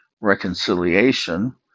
reconciliation